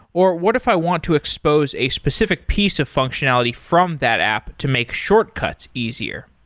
or what if i want to expose a specific piece of functionality from that app to make shortcuts easier?